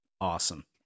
awesome